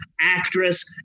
actress